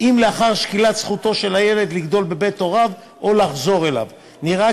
אם לאחר שקילת זכותו של הילד לגדול בבית הוריו או לחזור אליו נראה